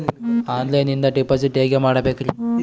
ಆನ್ಲೈನಿಂದ ಡಿಪಾಸಿಟ್ ಹೇಗೆ ಮಾಡಬೇಕ್ರಿ?